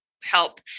help